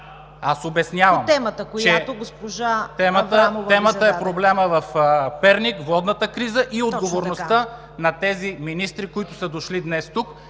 СВИЛЕНСКИ: Темата е проблемът в Перник, водната криза и отговорността на тези министри, които са дошли днес тук,